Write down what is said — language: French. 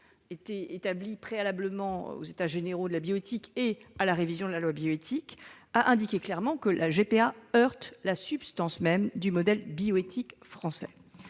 réalisée préalablement aux états généraux de la bioéthique et à la révision de la loi relative à la bioéthique, a indiqué clairement que la GPA heurte la substance même du modèle bioéthique français.